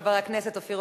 וחבר הכנסת אופיר.